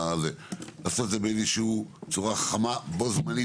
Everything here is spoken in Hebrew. לעשות את זה באיזושהי צורה חכמה בו זמנית